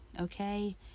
okay